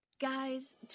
Guys